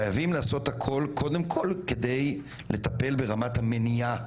חייבים לעשות הכול, קודם כל כדי לטפל ברמת המניעה,